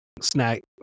snack